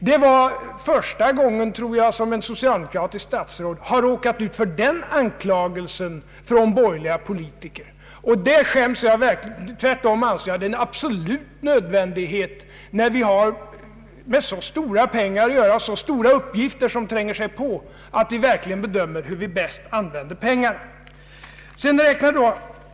Det är första gången ett socialdemokratiskt statsråd har råkat ut för en sådan anklagelse från borgerliga politiker. När det gäller så mycket pengar och när så stora uppgifter tränger sig på, är det absolut nödvändigt att vi verkligen försöker bedöma hur vi bäst skall använda pengarna.